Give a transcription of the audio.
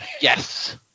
Yes